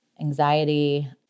anxiety